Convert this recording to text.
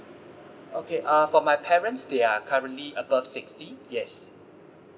okay uh for my parents they are currently above sixty yes